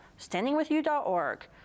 standingwithyou.org